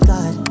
God